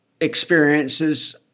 experiences